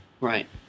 Right